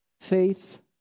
faith